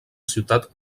ciutat